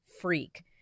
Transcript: freak